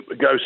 go